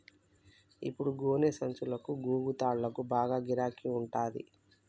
ఇప్పుడు గోనె సంచులకు, గోగు తాళ్లకు బాగా గిరాకి ఉంటంది